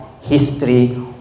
history